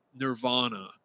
Nirvana